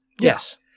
Yes